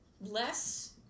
less